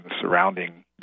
surrounding